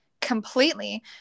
completely